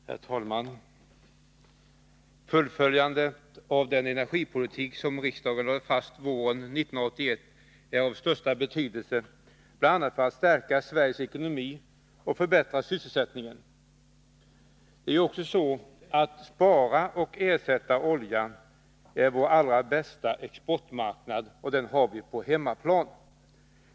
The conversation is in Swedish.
Herr talman! Fullföljande av den energipolitik som riksdagen lade fast våren 1981 är av största betydelse bl.a. för att stärka Sveriges ekonomi och förbättra sysselsättningen. Att spara och ersätta olja är vår allra bästa ”exportmarknad”, och den har vi på hemmaplan.